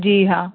जी हाँ